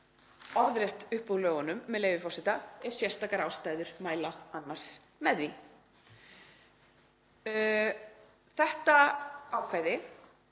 orðrétt upp úr lögunum, með leyfi forseta: „ef sérstakar ástæður mæla annars með því“. Þetta ákvæði,